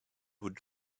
would